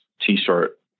T-shirt